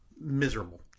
miserable